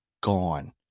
gone